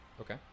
Okay